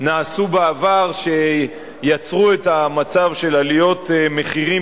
נעשו בעבר ויצרו את המצב של עליות מחירים